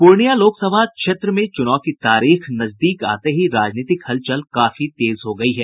पूर्णिया लोकसभा क्षेत्र में चुनाव की तारीख नजदीक आते ही राजनीतिक हलचल काफी तेज हो गयी है